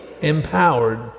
empowered